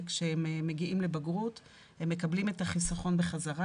וכשהם מגיעים לבגרות הם מקבלים את החיסכון בחזרה.